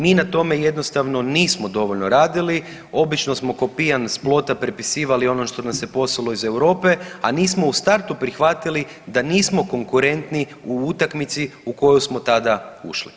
Mi na tome jednostavno nismo dovoljno radili, obično smo ko pijan s plota prepisivali ono što nam se poslalo iz Europe, a nismo u startu prihvatili da nismo konkurentni u utakmici u koju smo tada ušli.